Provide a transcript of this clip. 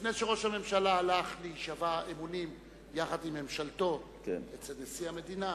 לפני שראש הממשלה הלך להישבע אמונים יחד עם ממשלתו אצל נשיא המדינה,